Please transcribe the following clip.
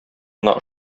гына